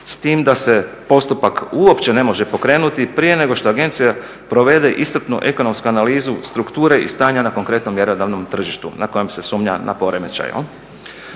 s tim da se postupak uopće ne može pokrenuti prije nego što agencija provede iscrpnu ekonomsku analizu strukture i stanja na konkretnom mjerodavnom tržištu na kojem se sumnja na poremećaj.